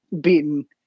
beaten